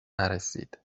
نرسید